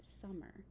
summer